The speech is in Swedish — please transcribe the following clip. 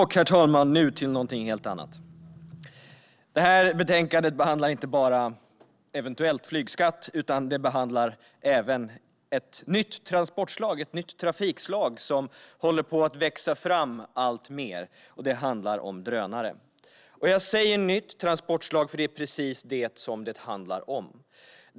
Herr talman! Nu går vi över till något helt annat. Betänkandet behandlar inte bara en eventuell flygskatt utan även ett nytt transportslag - ett nytt trafikslag som håller på att växa fram alltmer. Det handlar om drönare. Jag säger nytt transportslag, för det är precis vad det handlar om.